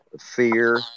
fear